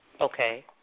Okay